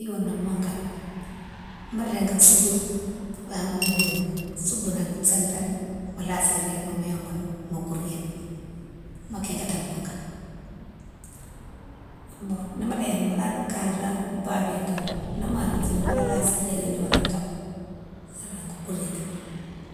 Ni mo youni mone kane, mo régui soubou wama mo youni, soubou nan sintane mo lasi réguema mo yongou nan mo kouriyé nan, mo kikatini mon kane. Bo ni mo léni mola kanré babiyone kane ma ni ma rotiyone mola lasi régue gnodone kama younné irégui kouréti mo.